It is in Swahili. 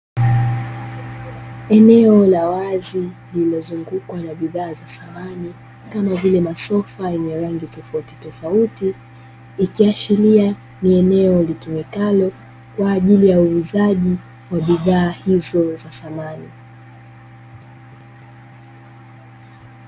Eneo la wazi lililozungukwa na bidhaa za samani, kama vile masofa yenye rangi tofautitofauti, ikiashiria ni eneo litumikalo kwa ajili ya uuzaji wa bidhaa hizo za samani.